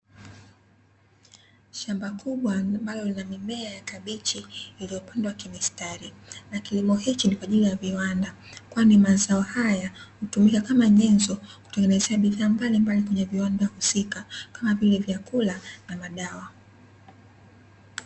Shamba kubwa ambalo lina mimea ya kabichi iliyopandwa kimistari na kilimo hichi ni kwa ajili ya viwanda kwani mazao haya hutumika kama nyenzo kutengenezea bidhaa mbaimbali kwenye viwanda husika kama vile vyakula na madawa.